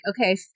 okay